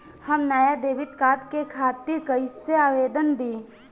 हम नया debit card के खातिर कइसे आवेदन दीं?